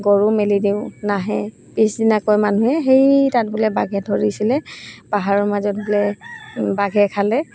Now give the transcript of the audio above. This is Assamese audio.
গৰু মেলি দিওঁ নাহে পিছদিনা কয় মানুহে সেই তাত বোলে বাঘে ধৰিছিলে পাহাৰৰ মাজত বোলে বাঘে খালে